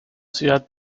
ciudad